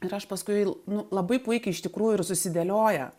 ir aš paskui nu labai puikiai iš tikrųjų ir susidėlioja